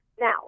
Now